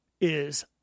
is-